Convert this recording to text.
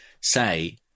say